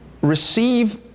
receive